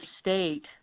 state